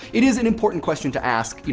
it is an important question to ask, you